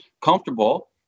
comfortable